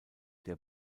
der